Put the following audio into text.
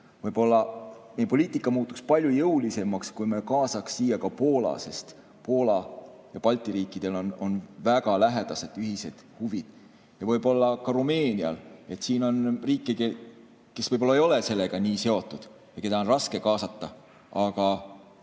võib-olla meie poliitika muutuks palju jõulisemaks, kui kaasaks ka Poola, sest Poolal ja Balti riikidel on väga lähedased ühised huvid, ja võib-olla ka Rumeenia. On riike, kes võib-olla ei ole sellega nii seotud ja keda on raske kaasata, aga